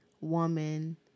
woman